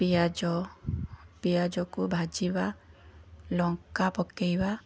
ପିଆଜ ପିଆଜକୁ ଭାଜିବା ଲଙ୍କା ପକେଇବା